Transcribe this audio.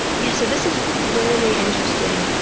yes, so this is really interesting.